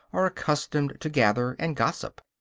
are accustomed to gather and gossip.